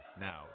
Now